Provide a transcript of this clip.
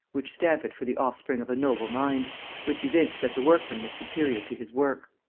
which stamp it for the offspring of a noble mind which evince that the workman was superior to his work.